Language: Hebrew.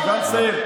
אני כבר מסיים,